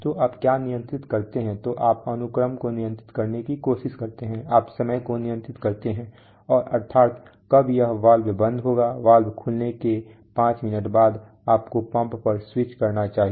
तो आप क्या नियंत्रित करते हैं तो आप अनुक्रम को नियंत्रित करने की कोशिश करते हैं आप समय को नियंत्रित करते हैं अर्थात कब यह वाल्व बंद होगा वाल्व खुलने के पांच मिनट बाद आपको पंप पर स्विच करना चाहिए